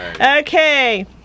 Okay